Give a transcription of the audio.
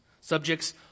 Subjects